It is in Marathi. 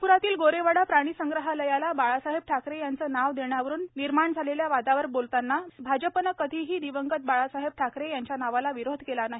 नागप्रातील गोरेवाड़ा प्राणीसंग्रहालयाला बाळासाहेब ठाकरे यांचे नाव देण्यावरून निर्माण झालेल्या वादावर बोलतांना भाजपने कधीही दिवंगत बाळासाहेब ठाकरे यांच्या नावाला विरोध केला नाही